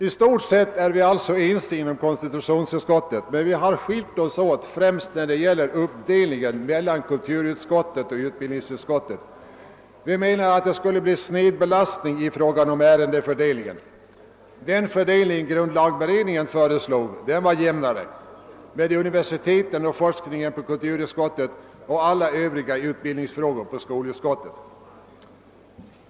I stort sett är vi alltså eniga inom konstitutionsutskottet. Vi har skilt oss åt främst när det gäller uppdelningen mellan kulturutskottet och utbildningsutskottet. Från vårt håll menar vi alt det skulle bli en snedbelastning i fråga om ärendefördelningen enligt konstitutionsutskottets förslag. Den fördeining som grundlagberedningen föreslog var jämnare; med universiteten och forskningen lagda på kulturutskottet och alla övriga utbildningsfrågor på skolutskottet.